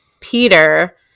Peter